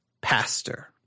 pastor